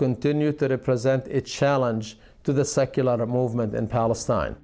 continue to present a challenge to the secular movement in palestine